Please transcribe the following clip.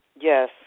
Yes